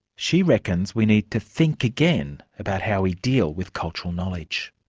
she reckons we need to think again about how we deal with cultural knowledge.